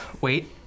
Wait